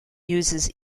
uses